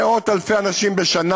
מאות אלפי אנשים בשנה.